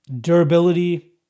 durability